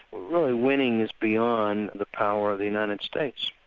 really winning is beyond the power of the united states.